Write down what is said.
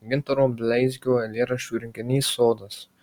gintaro bleizgio eilėraščių rinkinys sodas